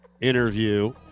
interview